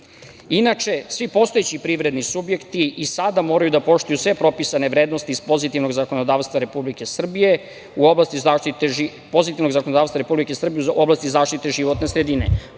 Inače, svi postojeći privredni subjekti i sada moraju da poštuju sve propisane vrednosti iz pozitivnog zakonodavstva Republike Srbije u oblasti zaštite životne sredine. Problem